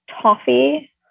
Toffee